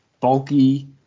bulky